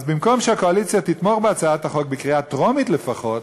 אז במקום שהקואליציה תתמוך בהצעת החוק בקריאה טרומית לפחות,